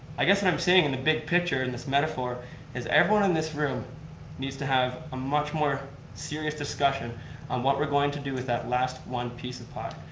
i guess what and i'm saying in the big picture in this metaphor is everyone in this room needs to have a much more serious discussion on what we're going to do with that last one piece of pie.